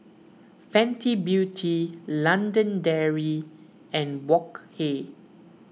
Fenty Beauty London Dairy and Wok Hey